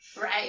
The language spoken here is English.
Right